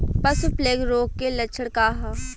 पशु प्लेग रोग के लक्षण का ह?